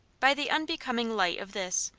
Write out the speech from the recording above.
by the unbecoming light of this,